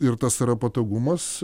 ir tas yra patogumas